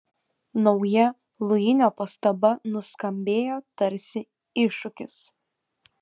nauja luinio pastaba nuskambėjo tarsi iššūkis